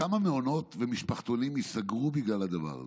כמה מעונות ומשפחתונים ייסגרו בגלל הדבר הזה?